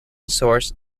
source